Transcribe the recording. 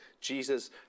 Jesus